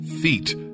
feet